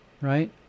right